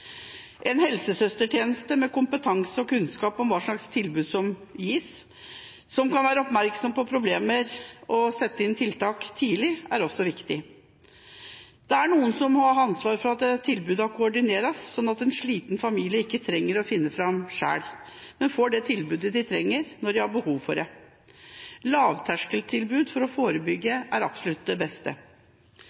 En helsesøstertjeneste med kompetanse og kunnskap om hva slags tilbud som gis, og som kan være oppmerksom på problemer og sette inn tiltak tidlig, er også viktig. Noen må ha ansvar for at tilbudene koordineres, slik at en sliten familie ikke trenger å finne fram selv, men får det tilbudet de trenger, når de har behov for det. Lavterskeltilbud for å forebygge er absolutt det beste.